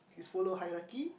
is follow hierarchy